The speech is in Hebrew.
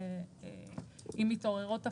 אם מתעוררות הפרות,